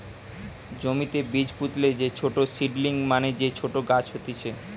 জমিতে বীজ পুতলে যে ছোট সীডলিং মানে যে ছোট গাছ হতিছে